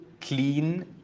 clean